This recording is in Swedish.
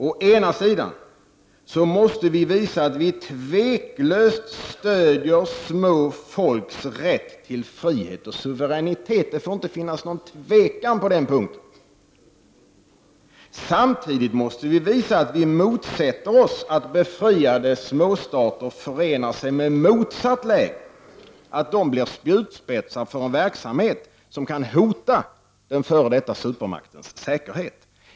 Å ena sidan måste vi visa att vi tveklöst stöder små folks rätt till frihet och suveränitet; det får inte finnas någon tvekan på den punkten. Å andra sidan måste vi samtidigt visa att vi motsätter oss att befriade småstater förenar sig med motsatt läger, att de blir spjutspetsar för en verksamhet som kan hota den f.d. supermaktens säkerhet.